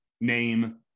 name